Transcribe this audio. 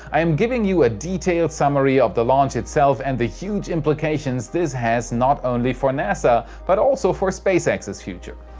i am giving you a detailed summary of the launch itself and the huge implications this has not only for nasa but also for spacex's future.